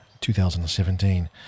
2017